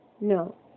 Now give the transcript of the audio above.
No